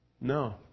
No